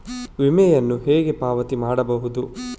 ವಿಮೆಯನ್ನು ಹೇಗೆ ಪಾವತಿ ಮಾಡಬಹುದು?